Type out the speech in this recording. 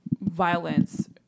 violence